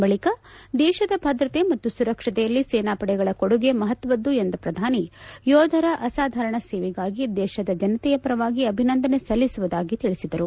ಬಳಿಕ ದೇಶದ ಭದ್ರತೆ ಮತ್ತು ಸುರಕ್ಷತೆಯಲ್ಲಿ ಸೇನಾಪಡೆಗಳ ಕೊಡುಗೆ ಮಹತ್ತದ್ದು ಎಂದ ಪ್ರಧಾನಿ ಯೋಧರ ಅಸಾಧಾರಣ ಸೇವೆಗಾಗಿ ದೇಶದ ಜನತೆಯ ಪರವಾಗಿ ಅಭಿನಂದನೆ ಸಲ್ಲಿಸುವುದಾಗಿ ತಿಳಿಸಿದರು